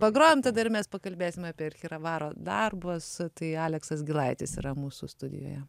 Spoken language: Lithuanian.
pagrojam tada ir mes pakalbėsim apie archyravaro darbas tai aleksas gilaitis yra mūsų studijoje